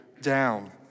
down